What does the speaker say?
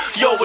yo